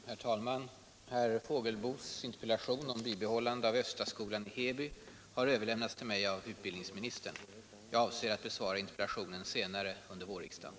Herr talman! Herr Fågelsbos interpellation om Östaskolan i Heby har överlämnats till mig av utbildningsministern. Jag avser att besvara interpellationen senare under vårriksdagen.